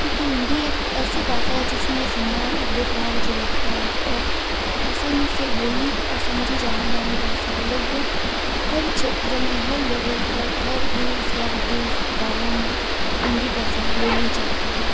क्योंकि हिंदी एक ऐसी भाषा जिसमें सम्मान अदर भाव झलकता है और आसानी से बोली और समझी जाने वाली भाषा है लगभग हर क्षेत्र में हर लेवल पर हर देश या विदेश गांवों में हिंदी भाषा बोली जाती है